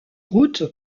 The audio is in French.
route